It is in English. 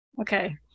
Okay